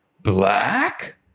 black